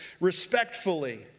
respectfully